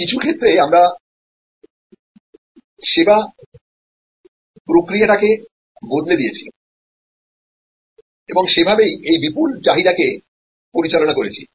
কিছু ক্ষেত্রে আমরা পরিষেবা প্রক্রিয়াটিকে বদলে দিয়েছি এবং সেভাবেই এই বিপুল চাহিদা কে পরিচালনা করেছি